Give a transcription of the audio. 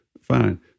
fine